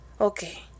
okay